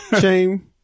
shame